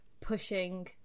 pushing